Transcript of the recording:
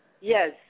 Yes